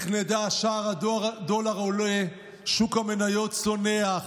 שער הדולר עולה, שוק המניות צונח.